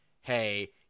hey